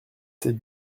cette